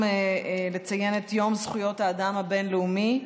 2475 ו-2478,